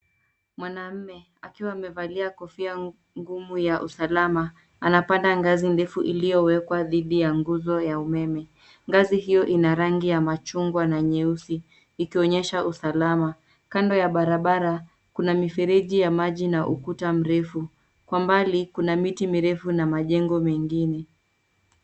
Mwanamume, akiwa amevalia kofia ngumu ya usalama, anapanda ngazi ndefu iliyowekwa dhidi ya nguzo ya umeme. Ngazi hiyo ina rangi ya machungwa na nyeusi ikionyesha usalama. Kando ya barabara kuna mifereji ya maji na ukuta mrefu. Kwa mbali kuna miti mirefu na majengo mengine.